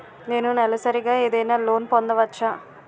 నేను నెలసరిగా ఏదైనా లోన్ పొందవచ్చా?